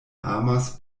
amas